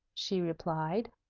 she replied.